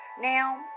Now